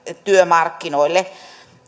työmarkkinoille